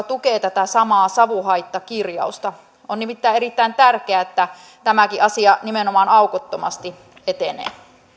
tukee tätä samaa savuhaittakirjausta on nimittäin erittäin tärkeää että tämäkin asia nimenomaan aukottomasti etenee